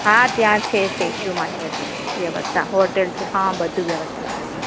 હા ત્યાં છે સ્ટેચ્યુમાં છે ત્યાં વ્યવસ્થા હોટેલ છે હા બધું વ્યવસ્થા છે ત્યાં